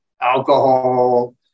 alcohol